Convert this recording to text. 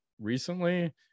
recently